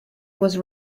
was